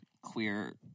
queer